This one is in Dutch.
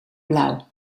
blauw